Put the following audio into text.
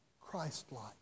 Christ-like